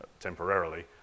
temporarily